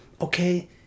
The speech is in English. Okay